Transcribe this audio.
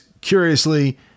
curiously